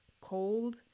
cold